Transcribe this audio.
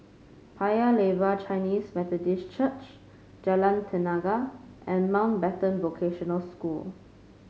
Paya Lebar Chinese Methodist Church Jalan Tenaga and Mountbatten Vocational School